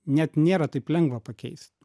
net nėra taip lengva pakeis